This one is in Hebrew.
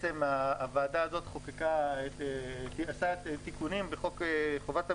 הוועדה הזאת עשתה תיקונים בחוק חובת המכרזים,